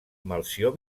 melcior